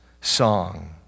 song